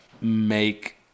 make